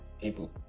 people